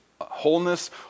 wholeness